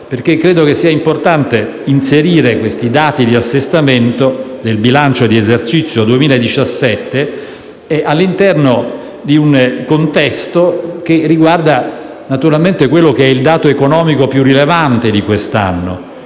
perché credo sia importante inserire i dati di assestamento del bilancio di esercizio 2017 all'interno di un contesto che riguarda naturalmente il dato economico più rilevante di quest'anno,